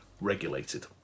regulated